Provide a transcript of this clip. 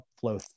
flow